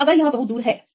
तो अगर यह बहुत दूर है